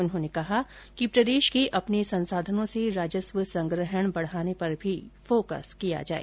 उन्होंने कहा कि प्रदेश के अपने संसाधनों से राजस्व संग्रहण बढ़ाने पर भी फोकस किया जाए